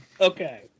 Okay